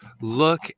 look